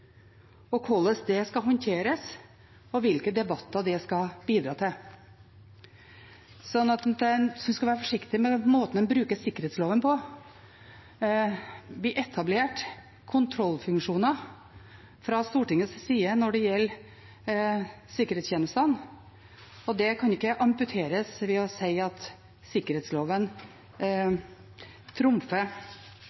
hvordan det skal håndteres, og hvilke debatter det skal bidra til. Så jeg synes en skal være forsiktig med måten en bruker sikkerhetsloven på. Vi etablerte kontrollfunksjoner fra Stortingets side når det gjelder sikkerhetstjenestene, og det kan ikke amputeres ved å si at sikkerhetsloven